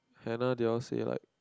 Hannah they all say like